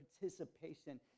participation